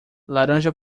laranja